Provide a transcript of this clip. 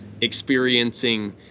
experiencing